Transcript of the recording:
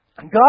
God